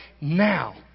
now